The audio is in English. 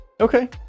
Okay